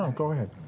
um go ahead.